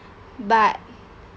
but